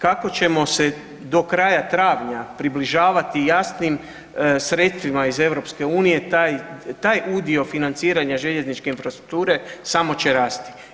Kako ćemo se do kraja travnja približavati jasnim sredstvima iz EU-a, taj udio financiranja željezničke infrastrukture samo će rasti.